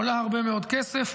עולה הרבה מאוד כסף.